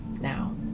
now